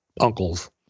uncles